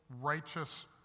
righteous